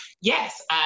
Yes